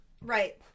Right